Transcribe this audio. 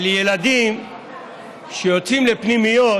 אבל ילדים שיוצאים לפנימיות,